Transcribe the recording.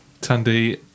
Tandy